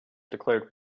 declared